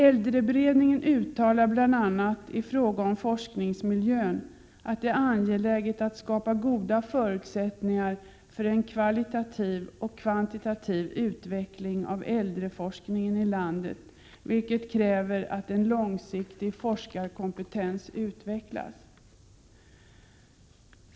Äldreberedningen uttalar bl.a. i fråga om forskningsmiljön att det är angeläget att skapa goda förutsättningar för en kvalitativ och kvantitativ utveckling av äldreforskningen i landet, vilket kräver att en långsiktig forskarkompetens utvecklas.